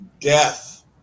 death